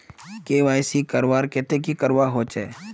KYC करवार केते की करवा होचए?